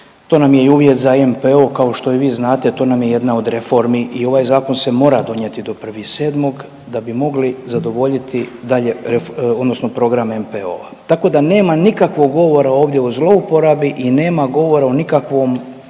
to nam je i uvjet za NPOO, kao što i vi znate to nam je jedna od reformi i ovaj zakon se mora donijeti do 1.7. da bi mogli zadovoljiti dalje odnosno program NPOO-a, tako da nema nikakvog govora ovdje o zlouporabi i nema govora o nikakvom